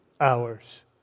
hours